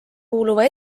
kuuluva